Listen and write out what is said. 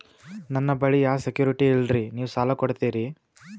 ನನ್ನ ಬಳಿ ಯಾ ಸೆಕ್ಯುರಿಟಿ ಇಲ್ರಿ ನೀವು ಸಾಲ ಕೊಡ್ತೀರಿ?